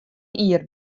jier